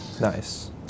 Nice